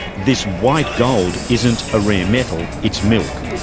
this white gold isn't a rare metal, it's milk,